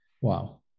Wow